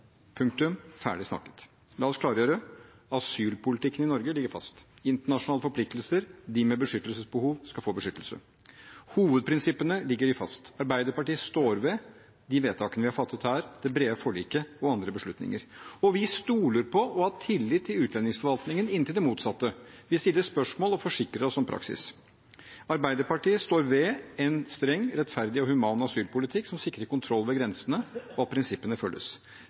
punktum, ferdig snakket! La oss klargjøre: Asylpolitikken i Norge ligger fast. Internasjonale forpliktelser: De med beskyttelsesbehov, skal få beskyttelse. Hovedprinsippene ligger fast. Arbeiderpartiet står ved de vedtakene vi har fattet her, det brede forliket og andre beslutninger, og vi stoler på og har tillit til utlendingsforvaltningen inntil det motsatte. Vi stiller spørsmål og forsikrer oss om praksis. Arbeiderpartiet står ved en streng, rettferdig og human asylpolitikk som sikrer kontroll ved grensene, og at prinsippene følges.